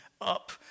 up